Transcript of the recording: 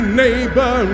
neighbor